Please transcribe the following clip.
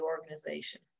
organization